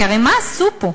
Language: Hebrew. כי הרי מה עשו פה?